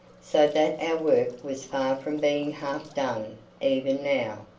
so that our work was far from being half done even now.